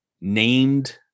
named